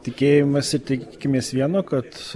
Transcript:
tikėjimąsi tik tikimės viena kad